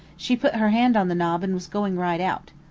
she put her hand on the knob and was going right out.